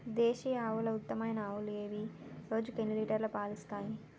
దేశీయ ఆవుల ఉత్తమమైన ఆవులు ఏవి? రోజుకు ఎన్ని లీటర్ల పాలు ఇస్తాయి?